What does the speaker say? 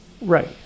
Right